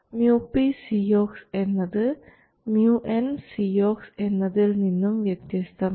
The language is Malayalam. µpCox എന്നത് µnCox എന്നതിൽ നിന്നും വ്യത്യസ്തമാണ്